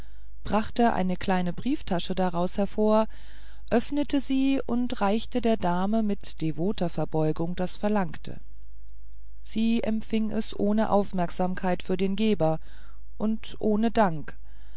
brachte eine kleine brieftasche daraus hervor öffnete sie und reichte der dame mit devoter verbeugung das verlangte sie empfing es ohne aufmerksamkeit für den geber und ohne dank